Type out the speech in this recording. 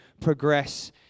progress